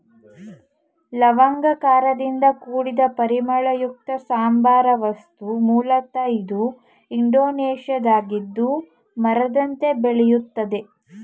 ಲವಂಗ ಖಾರದಿಂದ ಕೂಡಿದ ಪರಿಮಳಯುಕ್ತ ಸಾಂಬಾರ ವಸ್ತು ಮೂಲತ ಇದು ಇಂಡೋನೇಷ್ಯಾದ್ದಾಗಿದ್ದು ಮರದಂತೆ ಬೆಳೆಯುತ್ತದೆ